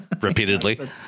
repeatedly